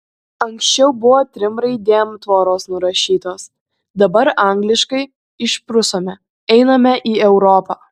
anksčiau buvo trim raidėm tvoros nurašytos dabar angliškai išprusome einame į europą